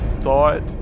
thought